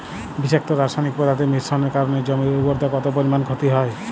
বিষাক্ত রাসায়নিক পদার্থের মিশ্রণের কারণে জমির উর্বরতা কত পরিমাণ ক্ষতি হয়?